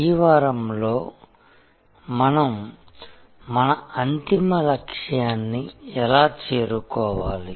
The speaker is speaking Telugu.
ఈ వారంలో మనం మన అంతిమ లక్ష్యాన్ని ఎలా చేరుకోవాలి